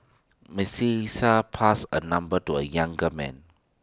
Melissa passed A number to A younger man